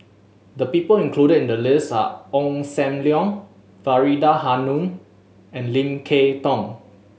the people included in the list are Ong Sam Leong Faridah Hanum and Lim Kay Tong